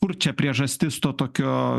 kur čia priežastis to tokio